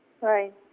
Right